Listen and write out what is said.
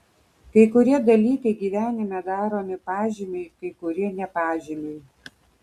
kai kurie dalykai gyvenime daromi pažymiui kai kurie ne pažymiui